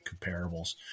comparables